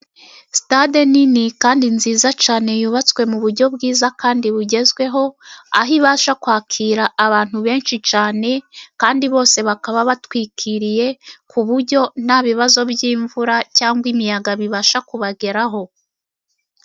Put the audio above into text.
Sitade nini kandi nziza cyane yubatswe mu buryo bwiza kandi bugezweho, aho ibasha kwakira abantu benshi cyane, kandi bose bakaba batwikiriye ku buryo nta bibazo by'imvura cyangwa imiyaga bibasha kubageraho.